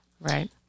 Right